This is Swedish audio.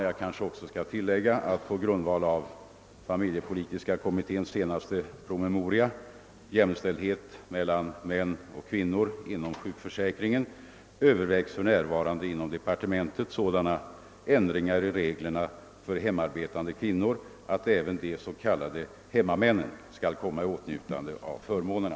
Jag kanske också bör tillägga att man för närvarande inom departementet på grundval av familjepolitiska kommitténs senaste promemoria »Jämställdhet mellan män och kvinnor inom sjukförsäkringen» överväger sådana ändringar i reglerna för de hemarbetande kvinnorna att även de s.k. hemmamännen skall komma i åtnjutande av förmånerna.